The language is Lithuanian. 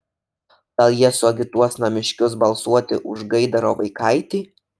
gal jie suagituos namiškius balsuoti už gaidaro vaikaitį